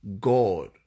God